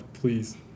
Please